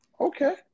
Okay